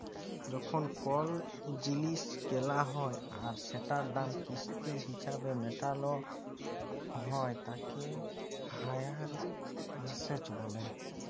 যখল কল জিলিস কেলা হ্যয় আর সেটার দাম কিস্তি হিছাবে মেটাল হ্য়য় তাকে হাইয়ার পারচেস ব্যলে